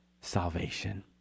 salvation